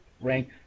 rank